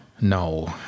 No